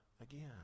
again